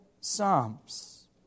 psalms